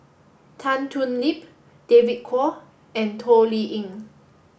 Tan Thoon Lip David Kwo and Toh Liying